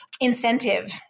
incentive